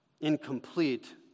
incomplete